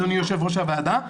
אדוני יושב ראש הוועדה,